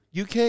UK